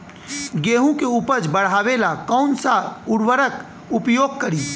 गेहूँ के उपज बढ़ावेला कौन सा उर्वरक उपयोग करीं?